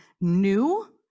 new